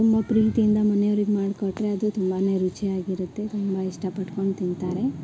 ತುಂಬ ಪ್ರೀತಿಯಿಂದ ಮನೆಯವ್ರಿಗೆ ಮಾಡ್ಕೊಟ್ಟರೆ ಅದು ತುಂಬಾ ರುಚಿಯಾಗಿರುತ್ತೆ ತುಂಬ ಇಷ್ಟಪಡ್ಕೊಂಡು ತಿಂತಾರೆ